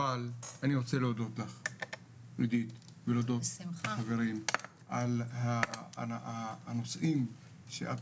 אבל אני רוצה להודות לך עידית ולהודות לחברים על הנושאים שאת